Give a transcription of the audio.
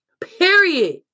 Period